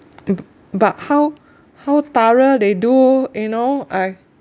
but how how thorough they do you know I